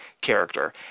character